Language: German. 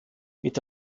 mit